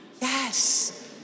yes